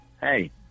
hey